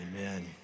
amen